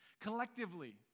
Collectively